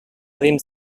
dins